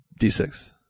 d6